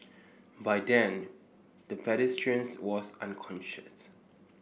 by then the pedestrian was unconscious